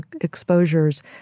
exposures